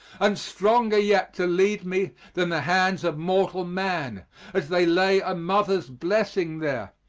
and stronger yet to lead me than the hands of mortal man as they lay a mother's blessing there,